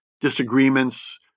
disagreements